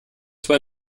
zwei